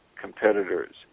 competitors